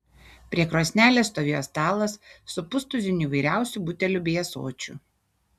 prie krosnelės stovėjo stalas su pustuziniu įvairiausių butelių bei ąsočių